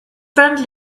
friendly